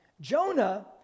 Jonah